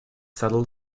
saddle